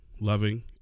loving